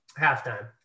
Halftime